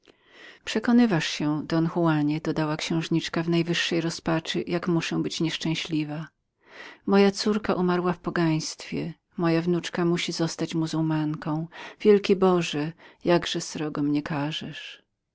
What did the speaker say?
przekonywasz się don juanie dodała księżniczka w najwyższej rozpacyrozpaczy jak muszę być nieszczęśliwą moja córka umarła w pogaństwie moja wnuczka musi zostać muzułmanką wielki boże jakże srogo mnie karzesz